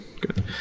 Good